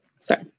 sorry